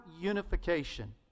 unification